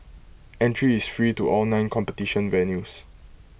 entry is free to all nine competition venues